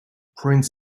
prince